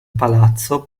palazzo